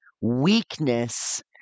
weakness